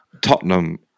Tottenham